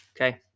Okay